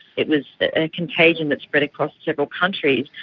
it was a contagion that spread across several countries.